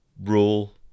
rule